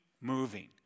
moving